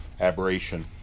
aberration